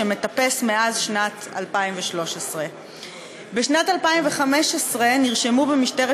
שמטפס מאז שנת 2013. בשנת 2015 נרשמו במשטרת